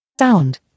Sound